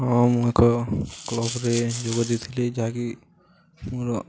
ହଁ ମୁଁ ଏକ କ୍ଲବ୍ରେ ଯୋଗ ଦେଇଥିଲି ଯାହାକି ମୋର